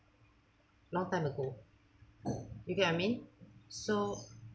long time ago you get what I mean so